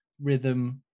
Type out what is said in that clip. rhythm